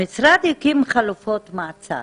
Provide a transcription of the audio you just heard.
המשרד הקים חלופות מעצר